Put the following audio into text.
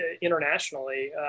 internationally